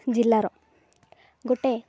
ଜିଲ୍ଲାର ଗୋଟେ